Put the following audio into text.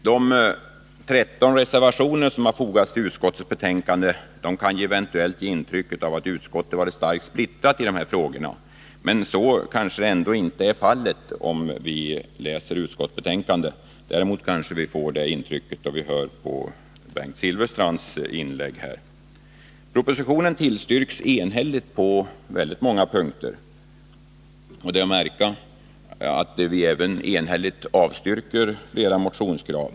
De 13 reservationer som fogats vid utskottets betänkande kan eventuellt ge intryck av att utskottet varit starkt splittrat i dessa frågor, men så är kanske ändå inte fallet. Det framgår av utskottsbetänkandet. Däremot kanske vi får det intrycket av Bengt Silfverstrands inlägg här. Propositionen tillstyrks enhälligt på ett stort antal punkter. Det är att märka att vi även enhälligt avstyrker flera motionskrav.